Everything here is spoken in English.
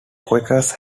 quakers